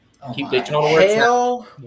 Hell